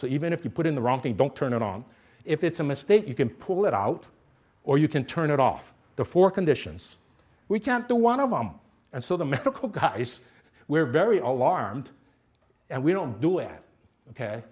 so even if you put in the wrong thing don't turn it on if it's a mistake you can pull it out or you can turn it off before conditions we can't do one of them and so the medical guys were very alarmed and we don't do it ok